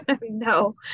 No